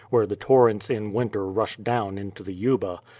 where the torrents in winter rushed down into the yuba,